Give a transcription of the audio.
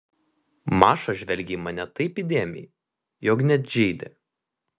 maša žvelgė į mane taip įdėmiai jog net žeidė